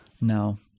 No